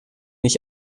ich